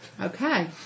Okay